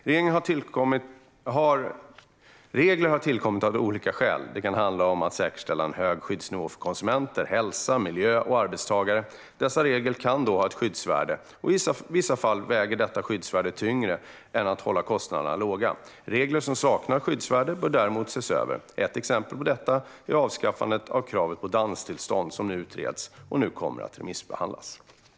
Regler har tillkommit av olika skäl. Det kan handla om att säkerställa en hög skyddsnivå för konsumenter, hälsa, miljö och arbetstagare. Dessa regler kan då ha ett skyddsvärde, och i vissa fall väger detta skyddsvärde tyngre än att hålla kostnaderna låga. Regler som saknar skyddsvärde bör däremot ses över. Ett exempel på detta är avskaffande av krav på danstillstånd som utretts och nu kommer att remissbehandlas. Då Sofia Fölster, som framställt interpellationen, anmält att hon var förhindrad att närvara vid sammanträdet förklarade förste vice talmannen överläggningen avslutad.